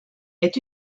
est